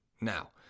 now